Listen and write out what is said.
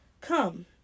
come